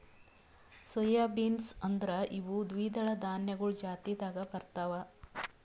soy beans ಅಂದುರ್ ಇವು ದ್ವಿದಳ ಧಾನ್ಯಗೊಳ್ ಜಾತಿದಾಗ್ ಬರ್ತಾವ್